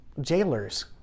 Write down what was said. jailers